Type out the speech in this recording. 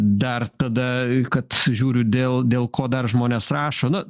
dar tada kad žiūriu dėl dėl ko dar žmones rašo na